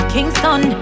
Kingston